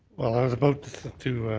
i was about to